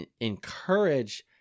encourage